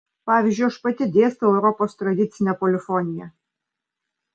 pavyzdžiui aš pati dėstau europos tradicinę polifoniją